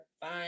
fine